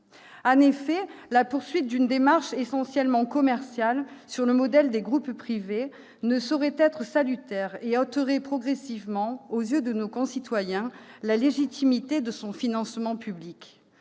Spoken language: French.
En effet, la poursuite d'une démarche essentiellement « commerciale », sur le modèle des groupes privés, ne saurait être salutaire et ôterait progressivement, aux yeux de nos concitoyens, la légitimité de son financement public.